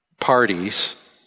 parties